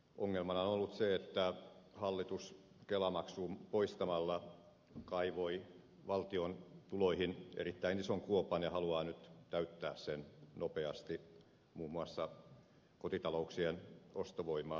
ongelmana on ollut se että hallitus kelamaksun poistamalla kaivoi valtion tuloihin erittäin ison kuopan ja haluaa nyt täyttää sen nopeasti muun muassa kotitalouksien ostovoimaa leikkaamalla